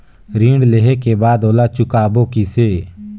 ऋण लेहें के बाद ओला चुकाबो किसे?